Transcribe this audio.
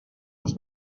els